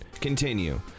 Continue